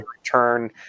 return